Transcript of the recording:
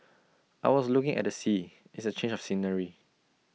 I was looking at the sea it's A change of scenery